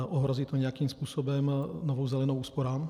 Ohrozí to nějakým způsobem Novou zelenou úsporám?